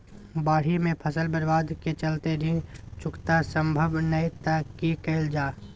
बाढि में फसल बर्बाद के चलते ऋण चुकता सम्भव नय त की कैल जा?